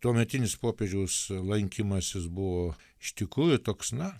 tuometinis popiežiaus lankymasis buvo iš tikrųjų toks na